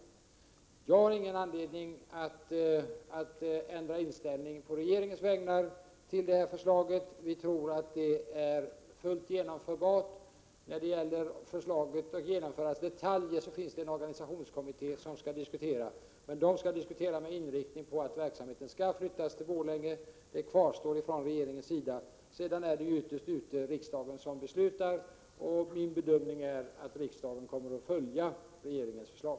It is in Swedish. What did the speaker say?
Jag har ingen anledning att ändra inställning på regeringens vägnar till förslaget. Vi tror att det är fullt genomförbart. När det gäller detaljerna finns det en organisationskommitté som skall diskutera problemen, men inriktningen är den att verksamheten skall flyttas till Borlänge. Denna inriktning kvarstår enligt regeringens mening. Det är ytterst riksdagen som beslutar, och min bedömning är att riksdagen kommer att följa regeringens förslag.